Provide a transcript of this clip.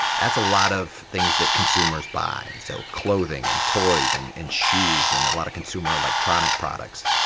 that's a lot of things that consumers buy so clothing and toys and and shoes and a lot of consumer electronic products.